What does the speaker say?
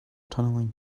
tunneling